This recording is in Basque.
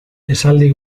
esaldi